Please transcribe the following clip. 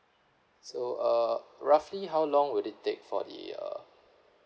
so uh roughly how long will it take for the uh